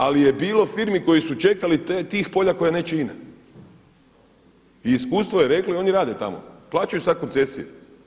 Ali je bilo firmi koje su čekale ta polja koja neće INA i iskustvo je reklo i oni rade tamo, plaćaju sada koncesije.